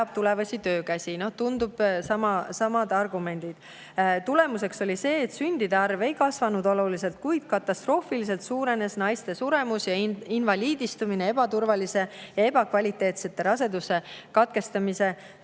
tulevasi töökäsi. No tunduvad samad argumendid. Tulemus oli see, et sündide arv oluliselt ei kasvanud, kuid katastroofiliselt suurenes naiste suremus ja invaliidistumine ebaturvalise, ebakvaliteetse raseduse katkestamise